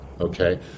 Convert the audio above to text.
Okay